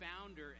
founder